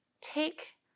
take